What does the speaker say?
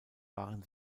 waren